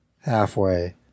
Halfway